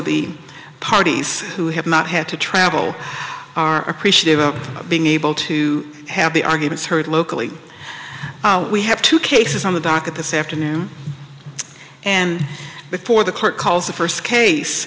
the parties who have not had to travel are appreciative of being able to have the arguments heard locally we have two cases on the docket this afternoon and before the court calls the first case